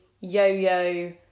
yo-yo